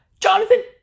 Jonathan